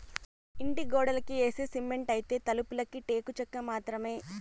ఇంటి గోడలకి యేసే సిమెంటైతే, తలుపులకి టేకు చెక్క మాత్రమే